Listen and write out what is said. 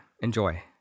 Enjoy